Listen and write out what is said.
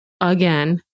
again